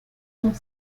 sont